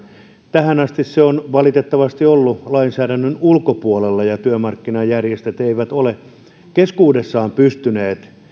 tähän asti se on valitettavasti ollut lainsäädännön ulkopuolella ja työmarkkinajärjestöt eivät ole keskuudessaan pystyneet